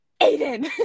Aiden